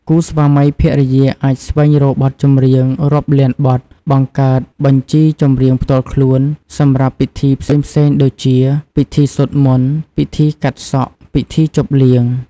គូស្វាមីភរិយាអាចស្វែងរកបទចម្រៀងរាប់លានបទ បង្កើត បញ្ជីចម្រៀងផ្ទាល់ខ្លួន សម្រាប់ពិធីផ្សេងៗដូចជា ពិធីសូត្រមន្ត ពិធីកាត់សក់ ពិធីជប់លៀង។